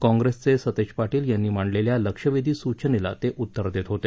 काँग्रेसचे सतेज पाटील यांनी मांडलेल्या लक्षवेधी सूचनेला ते उत्तर देत होते